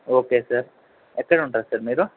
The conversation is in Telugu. ఓకే సార్ ఎక్కడుంటారు సార్ మీరు